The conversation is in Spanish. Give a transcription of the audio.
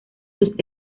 sus